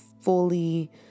fully